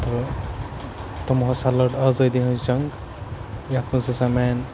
تہٕ تِمو ہَسا لٔڑ آزٲدی ہٕنٛز جنٛگ یَتھ منٛز ہَسا مین